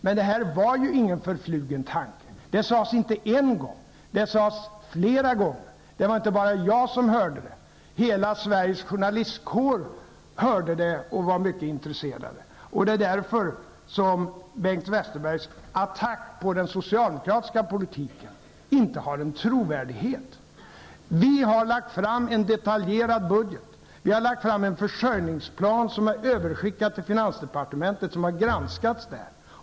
Men det var inte fråga om en förflugen tanke. Det här sades inte en gång, utan det sades flera gånger. Och det var inte bara jag som hörde det. Hela Sveriges journalistkår hörde det som sades och var mycket intresserad. Det är därför som Bengt Westerbergs attack på den socialdemokratiska politiken saknar trovärdighet. Vi har lagt fram en detaljerad budget. Vi har lagt fram en försörjningsplan, som är överskickad till finansdepartementet och som har granskats där.